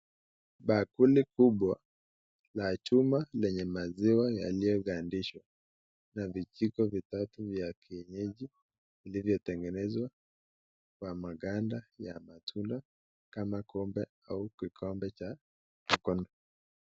Bakuli kubwa la chuma lenye maziwa yaliyo gandiswa na vijiko vitatu vya kienyeji vilivyo tengenezwa kwa maganda vya matunda kama kombe au kikombe cha mkono